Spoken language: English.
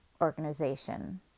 organization